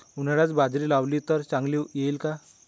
उन्हाळ्यात बाजरी लावली तर चांगली येईल का?